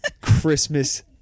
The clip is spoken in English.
Christmas